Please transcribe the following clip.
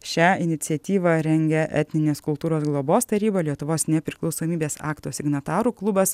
šią iniciatyvą rengia etninės kultūros globos taryba lietuvos nepriklausomybės akto signatarų klubas